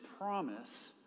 promise